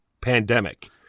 Pandemic